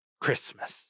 christmas